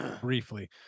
briefly